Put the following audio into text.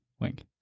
Wink